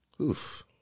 Oof